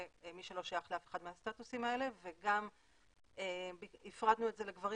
ומי שלא שייך לאף אחד מהסטטוסים האלה וגם הפרדנו את זה לגברים